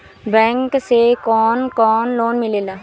Bank से कौन कौन लोन मिलेला?